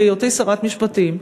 בהיותי שרת משפטים,